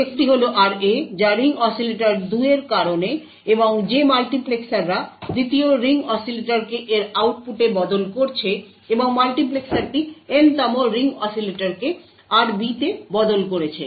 একটি হল এই RA যা এই রিং অসিলেটর 2 এর কারণে এবং যে মাল্টিপ্লেক্সাররা 2য় রিং অসিলেটরকে এর আউটপুটে বদল করেছে এবং এই মাল্টিপ্লেক্সারটি Nতম রিং অসিলেটরকে RB তে বদল করেছে